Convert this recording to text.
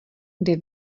kde